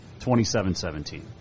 27-17